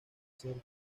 cerca